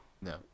no